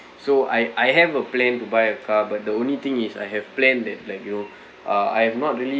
so I I have a plan to buy a car but the only thing is I have plan that like you know uh I have not really